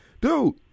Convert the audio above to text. dude